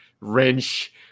wrench